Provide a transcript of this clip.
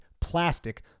plastic